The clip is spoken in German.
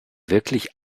wirklich